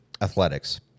athletics